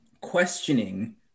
questioning